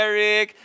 Eric